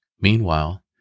Meanwhile